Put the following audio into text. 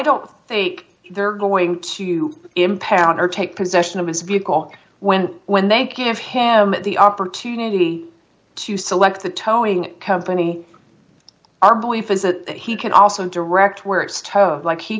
don't think they're going to impound or take possession of his vehicle when when they give him the opportunity to select the towing company our belief is that he can also direct where it's towed like he